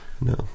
no